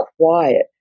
quiet